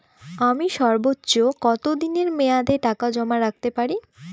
আমি সর্বোচ্চ কতদিনের মেয়াদে টাকা জমা রাখতে পারি?